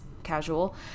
Casual